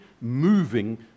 moving